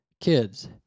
kids